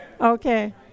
Okay